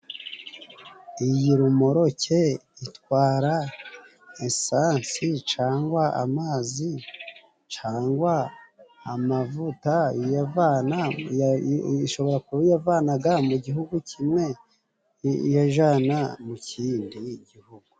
Iyi romoroke itwara esansi cangwa amazi, cangwa amavuta iyavana, ishobora kuba iyavanaga mu gihugu kimwe iyajana mu kindi gihugu.